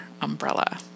umbrella